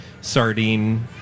sardine